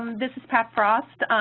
this is pat frost.